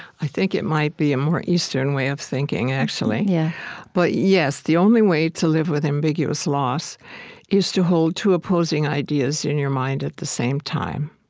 i think it might be a more eastern way of thinking, actually. yeah but, yes, the only way to live with ambiguous loss is to hold two opposing ideas in your mind at the same time.